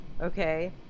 okay